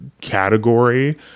category